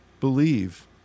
believe